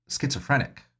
schizophrenic